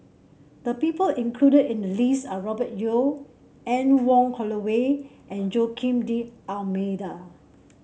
the people included in the list are Robert Yeo Anne Wong Holloway and Joaquim D'Almeida